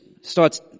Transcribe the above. starts